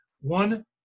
one